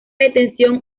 detención